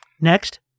Next